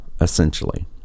essentially